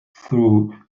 through